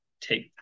take